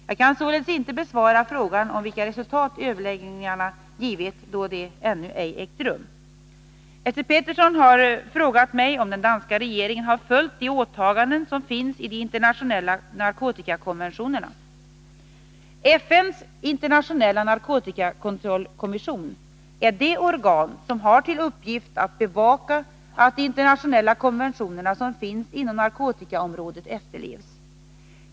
Jag kan således inte besvara frågan om vilka resultat överläggningarna givit, då de ej ännu ägt rum. Esse Petersson har frågat mig om den danska regeringen har följt de åtaganden som finns i de internationella narkotikakonventionerna. FN:s internationella narkotikakontrollkommission är det organ som har till uppgift att bevaka att de internationella konventionerna som finns inom narkotikaområdet efterlevs.